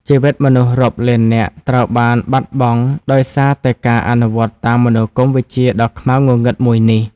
ជីវិតមនុស្សរាប់លាននាក់ត្រូវបានបាត់បង់ ដោយសារតែការអនុវត្តតាមមនោគមវិជ្ជាដ៏ខ្មៅងងឹតមួយនេះ។